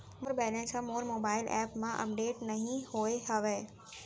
मोर balance हा मोर mobile app मा अपडेट नहीं होय हवे